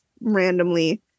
randomly